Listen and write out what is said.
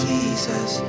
Jesus